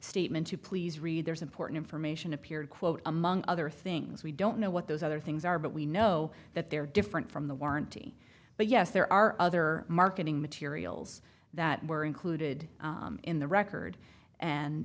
statement to please read there's important information appeared quote among other things we don't know what those other things are but we know that they're different from the warranty but yes there are other marketing materials that were included in the record and